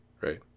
right